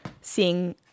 seeing